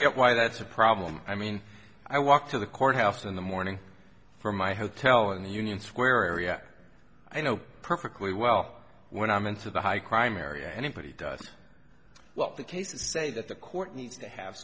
get why that's a problem i mean i walked to the courthouse in the morning from my hotel in the union square area i know perfectly well when i'm into the high crime area anybody does what the cases say that the court needs to have